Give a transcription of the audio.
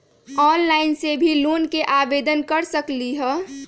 Online से भी loan के आवेदन कर सकलीहल?